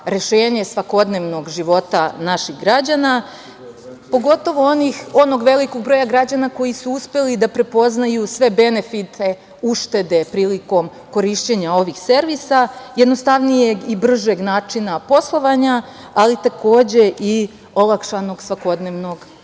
svakodnevnog života naših građana, pogotovo onog velikog broja građana koji su uspeli da prepoznaju sve benefite uštede prilikom korišćenja ovih servisa, jednostavnijeg i bržeg načina poslovanja, ali takođe i olakšanog svakodnevnog